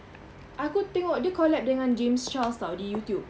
aku tengok dia collab dengan james charles [tau] di YouTube